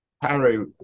Harry